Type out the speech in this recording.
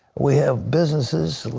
we have businesses,